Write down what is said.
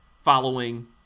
following